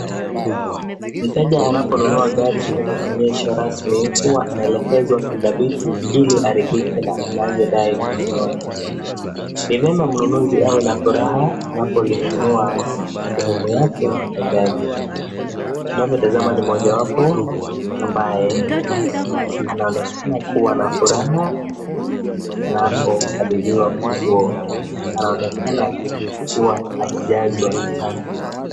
Mteja anaponunua gari kwenye onyesho rasmi, huwa anaelekezwa kuidhabiti ili aridhike na anavyodai kununua. Ni vyema mnunuzi awe na furaha, anapolinunua sehemu yake ya gari. Unapotazama ni mojawapo ambaye, anaonekana kuwa na furaha, anaonekana kuwa amejazwa na furaha sana.